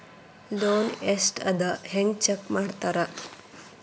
loan ಎಷ್ಟ್ ಅದ ಹೆಂಗ್ ಚೆಕ್ ಮಾಡ್ತಾರಾ